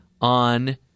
on